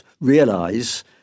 realize